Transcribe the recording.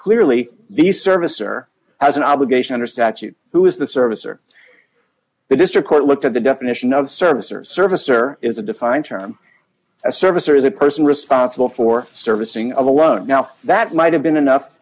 clearly the service or as an obligation under statute who is the service or the district court look at the definition of service or service or is a defined term a service or is a person responsible for servicing of a loan now that might have been enough